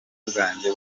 bwanjye